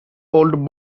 old